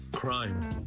Crime